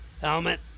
helmet